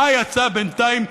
מה יצא בינתיים?